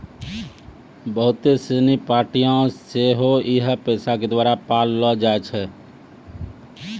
बहुते सिनी पार्टियां सेहो इहे पैसा के द्वारा पाललो जाय छै